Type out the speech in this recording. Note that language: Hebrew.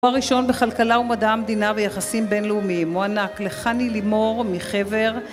תואר ראשון בכלכלה ומדעי המדינה ויחסים בינלאומיים מוענק לחני לימור מחבר